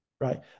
right